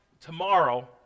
tomorrow